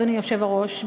אדוני היושב-ראש,